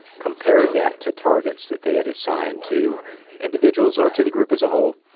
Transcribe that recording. compared that to targets that they had assigned to individuals, or to the group as a whole,